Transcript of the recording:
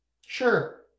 sure